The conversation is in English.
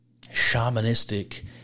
shamanistic